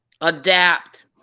adapt